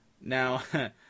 now